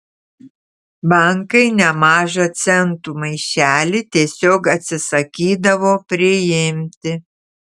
bankai nemažą centų maišelį tiesiog atsisakydavo priimti